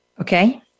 Okay